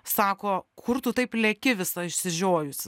sako kur tu taip leki visa išsižiojus